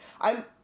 I'm-